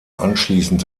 anschließend